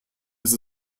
ist